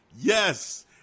Yes